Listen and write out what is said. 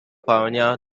pioneer